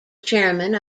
chairman